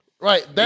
right